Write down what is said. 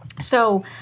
So-